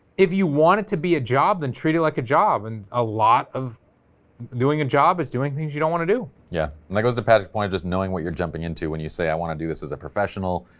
if you want it to be a job, then treat it like a job, and a lot of doing a job it's doing things you don't want to do, yeah, that like goes the patch point of just knowing what you're jumping into, when you say, i want to do this, as a professional,